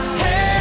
hey